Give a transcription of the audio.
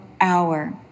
hour